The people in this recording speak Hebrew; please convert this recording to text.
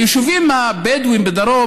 היישובים הבדואיים בדרום,